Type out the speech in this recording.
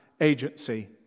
agency